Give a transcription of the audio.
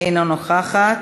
אינה נוכחת,